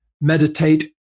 meditate